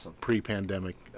pre-pandemic